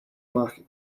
market